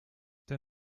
der